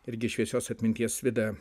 irgi šviesios atminties vida